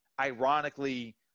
ironically